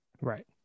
Right